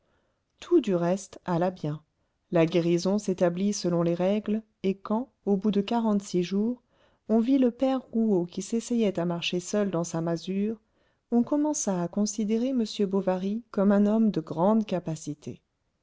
tout du reste alla bien la guérison s'établit selon les règles et quand au bout de quarante-six jours on vit le père rouault qui s'essayait à marcher seul dans sa masure on commença à considérer m bovary comme un homme de grande capacité